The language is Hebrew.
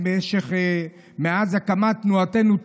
מאז הקמת תנועתנו,